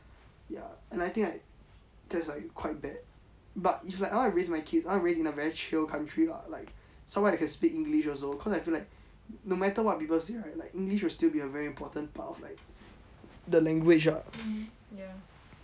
ya and I think like that's like quite bad but if like I want to raise my kids I want to raise in a very chill country lah like somewhere they can speak english also cause I feel like no matter what people say right like english will still be a very important part of like the language ah